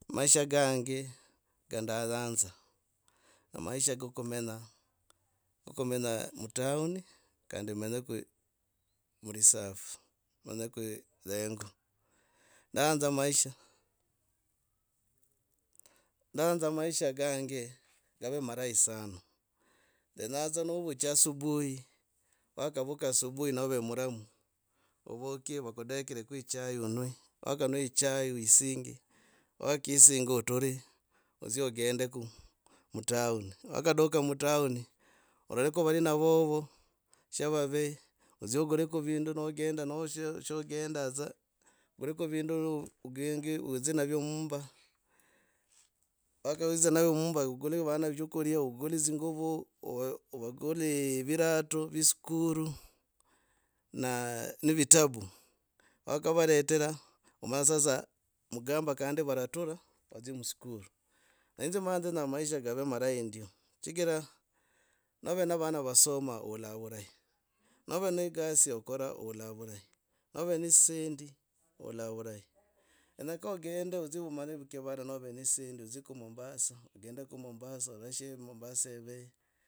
Maisha gange a ndayanza, amaisha kokomenya, kokomenya mutown kondi menyeko mureserve. Menyeko hengo ndayanza maisha ndayanza maisha gange gava marahi sana. Kenyaa dza novucha asubuhi wakavuka asubuhi nove, muramu. Ovuki vakudekreko echai onwe wakanwa chai wisinge wakasinga oturi odzie ogendeko mutown. Waladuka mutown ororeko varina vovo sha vave, odzie ogureko vindu nogenda noshe nogenda dza, ogureko vindu ogingi odze navyo mvumba wakaedza navo muumba ogule vana choguria ogule dzi nguuo ove ovakuli virate vye ikuru na ni vitabu. Wakavaretira omanya sasa mugamba kandi varatura vadzie muskuru. Inze maa nzenyaa maisha kave marahi ndio chigira nove na vana vasoma oula vurahi nova ne egasi yokora oula vurahi nove ne dzisendi oula vulahi. Kenyaka ogenda odzie omanye kivara nove ne dzisendi, odzieku mombasa, ogondeko mombasa ororeko ovore she mombasa eve.